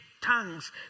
tongues